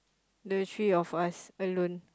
the three of us alone